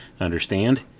Understand